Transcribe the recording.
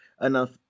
enough